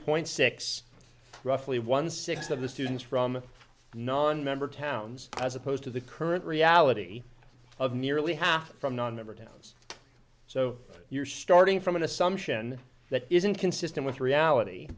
point six roughly one sixth of the students from nonmember towns as opposed to the current reality of nearly half from nonmember towns so you're starting from an assumption that isn't consistent with